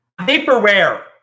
Paperware